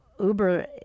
uber